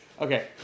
Okay